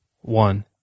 One